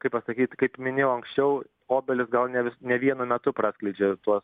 kaip pasakyt kaip minėjau anksčiau obelys gal ne ne vienu metu praskleidžia tuos